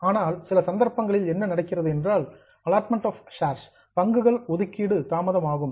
ஆனால் சில சந்தர்ப்பங்களில் என்ன நடக்கிறது என்றால் அலாட்மெண்ட் ஆப் ஷேர்ஸ் பங்குகள் ஒதுக்கீடு தாமதமாகும்